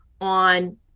on